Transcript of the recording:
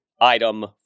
item